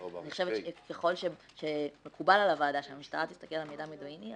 אני חושבת שככל שמקובל על הוועדה שהמשטרה תסתכל על מידע מודיעיני,